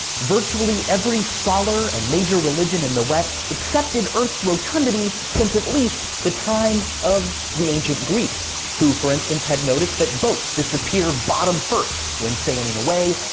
virtually every scholar and major religion in the west accepted earth's rotundity, since at least the time of the ancient greeks, who, for instance, had noticed that boats disappear bottom first when sailing away.